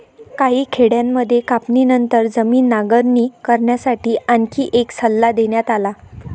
काही खेड्यांमध्ये कापणीनंतर जमीन नांगरणी करण्यासाठी आणखी एक सल्ला देण्यात आला